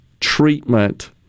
treatment